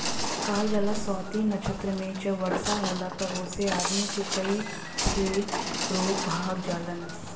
कहल जाला स्वाति नक्षत्र मे जब वर्षा होला तब ओसे आदमी के कई ठे रोग भाग जालन